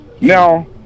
Now